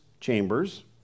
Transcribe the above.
chambers